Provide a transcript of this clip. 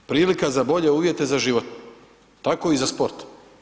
Prilika za bolje uvjete za život, tako i za sport.